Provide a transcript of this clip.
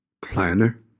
planner